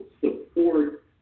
support